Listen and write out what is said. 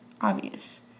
obvious